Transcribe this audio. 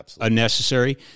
unnecessary